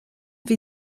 wir